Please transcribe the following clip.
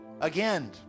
again